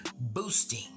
boosting